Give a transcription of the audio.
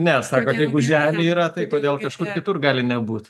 ne sakot jeigu žemėje yra tai kodėl kažkur kitur gali nebūt